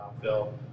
Phil